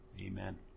Amen